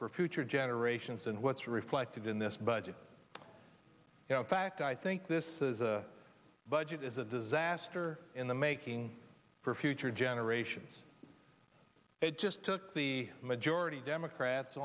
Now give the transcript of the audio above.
for future generations and what's reflected in this budget fact i think this is a budget is a disaster in the making for future generations it just took the majority democrats